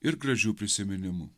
ir gražių prisiminimų